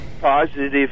positive